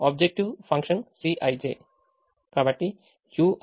కాబట్టి objective function Cij